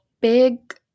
big